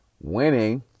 winning